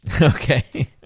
Okay